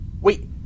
Wait